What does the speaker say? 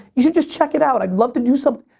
you should just check it out. i love to do something.